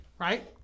right